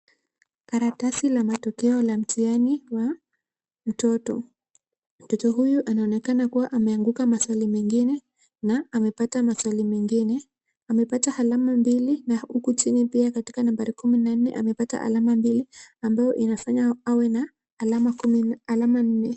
Karatasi la matokeo la mtihani wa mtoto. Mtoto huyu anaonekana kuwa ameanguka maswali mengine na amepata maswali mengine. Amepata alama mbili na huku chini pia katika nambari kumi na nne amepata alama mbili ambayo inafanya awe na alama nne.